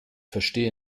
verstehe